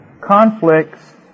Conflicts